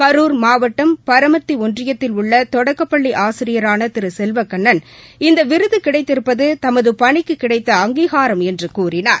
கரூர் மாவட்டம் பரமத்தி ஒன்றியத்தில் உள்ள தொடக்கப்பள்ளி ஆசிரியரான திரு செல்வக்கண்ணன் இந்த விருது கிடைத்திருப்பது தமது பணிக்கு கிடைத்த அங்கீகாரம் என்று கூறினார்